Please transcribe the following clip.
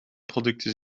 producten